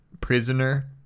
prisoner